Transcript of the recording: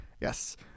yes